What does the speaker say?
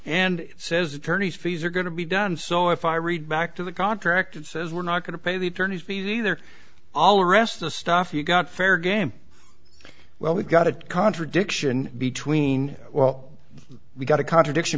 and says attorneys fees are going to be done so if i read back to the contract that says we're not going to pay the attorneys p d they're all arrest the stuff you got fair game well we've got a contradiction between well we've got a contradiction